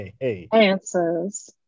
answers